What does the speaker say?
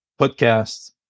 podcasts